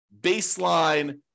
baseline